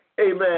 amen